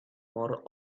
more